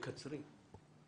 בקצרין,